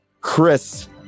Chris